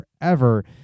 forever